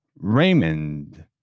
Raymond